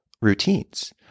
Routines